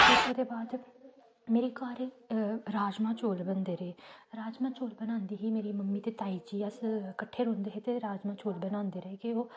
फिर ओह्दे बाद मेरे घर राजमाह् चौल बनदे रेह् राजमाह् चौल बनांदी ही मेरी मम्मी ते ताई जी अस कट्ठे रौंह्दे हे ते राजमाह् चौल बनांदे रेह् कि ओह्